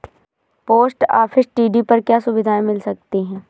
Post office TD पर क्या सुविधाएँ मिल सकती है?